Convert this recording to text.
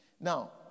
Now